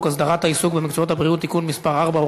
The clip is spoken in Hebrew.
הסדרת העיסוק במקצועות הבריאות (תיקון מס' 4,